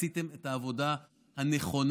עשיתם את העבודה הנכונה,